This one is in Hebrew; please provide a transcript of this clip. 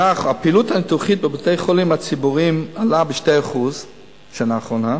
שהפעילות הניתוחית בבתי-חולים הציבוריים עלתה ב-2% בשנה האחרונה,